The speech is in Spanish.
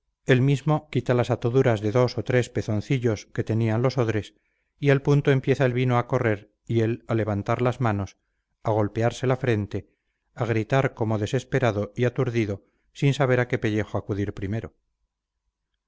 él mismo quita las ataduras de dos o tres pezoncillos que tenían los odres y al punto empieza el vino a correr y él a levantar las manos a golpearse la frente a gritar como desesperado y aturdido sin saber a qué pellejo acudir primero